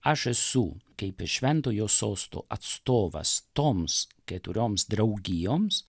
aš esu kaip ir šventojo sosto atstovas toms keturioms draugijoms